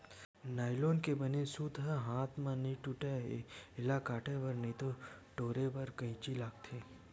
nylon के बने सूत ह हाथ म नइ टूटय, एला काटे बर नइते टोरे बर कइची लागथे